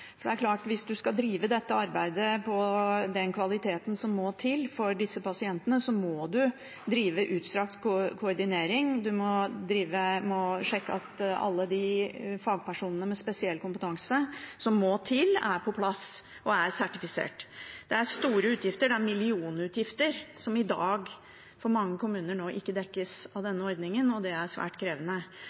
det. Det er klart at hvis man skal drive dette arbeidet med den kvaliteten som må til for disse pasientene, må man drive utstrakt koordinering, man må sjekke at alle de fagpersonene med spesiell kompetanse som må til, er på plass og er sertifisert. Det er store utgifter – det er millionutgifter – som i dag for mange kommuner ikke dekkes av denne ordningen, og det er svært krevende.